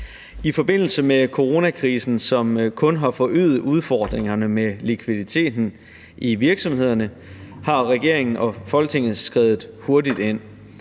I forbindelse med coronakrisen, som kun har forøget udfordringerne med likviditeten i virksomhederne, har regeringen og Folketinget skredet hurtigt ind.